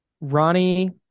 Ronnie